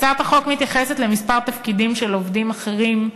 הצעת החוק מתייחסת לכמה תפקידים של עובדים אחרים,